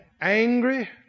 Angry